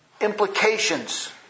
implications